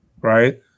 right